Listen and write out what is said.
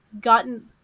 gotten